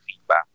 feedback